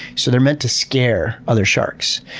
so they're meant to scare other sharks.